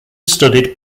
studied